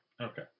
Okay